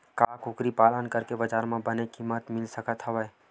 का कुकरी पालन करके बजार म बने किमत मिल सकत हवय?